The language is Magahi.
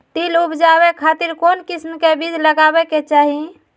तिल उबजाबे खातिर कौन किस्म के बीज लगावे के चाही?